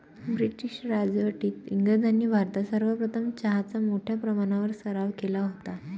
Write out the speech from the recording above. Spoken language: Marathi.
ब्रिटीश राजवटीत इंग्रजांनी भारतात सर्वप्रथम चहाचा मोठ्या प्रमाणावर सराव केला होता